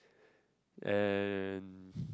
and